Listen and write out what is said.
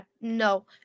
no